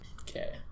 Okay